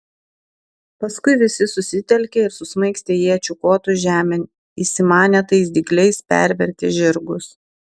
paskui visi susitelkė ir susmaigstė iečių kotus žemėn įsimanę tais dygliais perverti žirgus